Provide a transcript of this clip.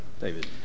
David